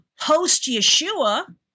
post-Yeshua